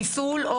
פיסול,